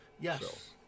Yes